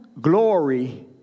glory